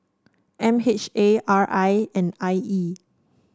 M H A R I and I E